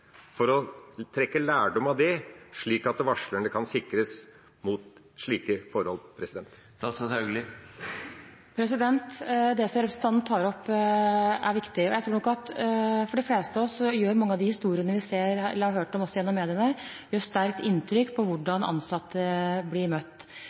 for å trekke lærdom av dette, slik at varslerne kan sikres mot slike forhold? Det som representanten tar opp, er viktig. Jeg tror nok at på de fleste av oss gjør mange av de historiene om hvordan ansatte blir møtt, som vi har hørt om gjennom mediene, et sterkt inntrykk.